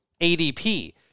ADP